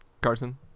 Carson